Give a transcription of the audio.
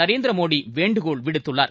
நரேந்திரமோட்வேண்டுகோள் விடுத்துள்ளார்